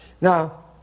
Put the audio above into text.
Now